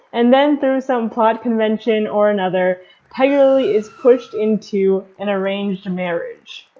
and then through some plot convention or another tiger lily is pushed into an arranged marriage.